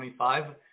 25